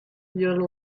your